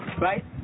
right